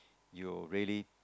you really